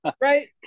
Right